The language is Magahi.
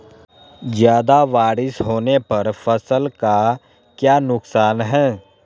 ज्यादा बारिस होने पर फसल का क्या नुकसान है?